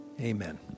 Amen